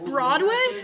Broadway